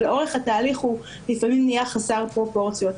אבל אורך התהליך הוא לפעמים נהיה חסר פרופורציות.